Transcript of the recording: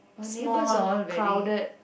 small crowded